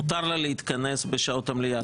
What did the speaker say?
מותר לה להתכנס בשעות המליאה,